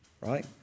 right